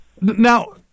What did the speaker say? now